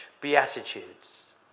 Beatitudes